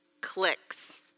Clicks